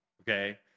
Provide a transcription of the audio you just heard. okay